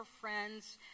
friends